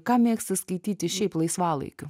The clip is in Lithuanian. ką mėgsti skaityti šiaip laisvalaikiu